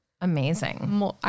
Amazing